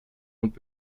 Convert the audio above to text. und